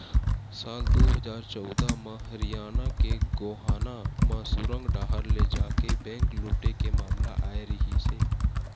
साल दू हजार चौदह म हरियाना के गोहाना म सुरंग डाहर ले जाके बेंक लूटे के मामला आए रिहिस हे